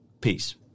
peace